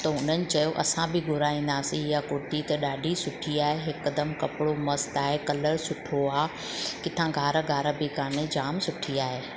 त उन्हनि चयो असां बि घुराईंदासीं इहा कुर्ती त ॾाढी सुठी आहे हिकदमि कपिड़ो मस्तु आहे कलर सुठो आहे किथा ॻारा ॻारा बि कोन्हे जाम सुठी आहे